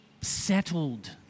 settled